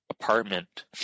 apartment